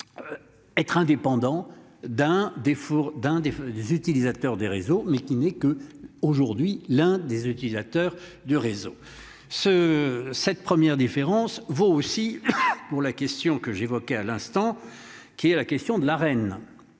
d'un défaut d'un des des utilisateurs des réseaux, mais qui n'est que aujourd'hui, l'un des utilisateurs du réseau ce cette première différence vaut aussi pour la question que j'évoquais à l'instant qui est la question de la reine.